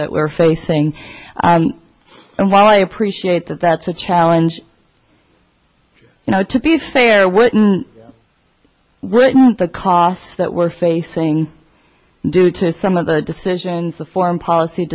that we're facing and while i appreciate that that's a challenge you know to be fair were written the costs that we're facing due to some of the decisions the foreign policy